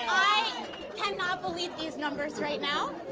i cannot believe these numbers right now.